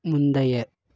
முந்தைய